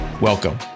Welcome